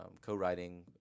co-writing